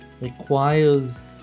requires